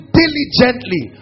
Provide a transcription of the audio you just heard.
diligently